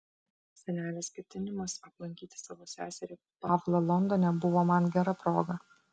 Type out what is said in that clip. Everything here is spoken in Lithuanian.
senelės ketinimas aplankyti savo seserį pavlą londone buvo man gera proga